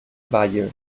bayer